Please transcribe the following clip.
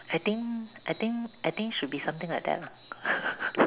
I think I think I think should be something like that lah